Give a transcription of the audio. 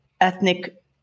ethnic